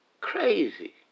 Crazy